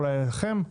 אולי אליכם?